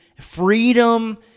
freedom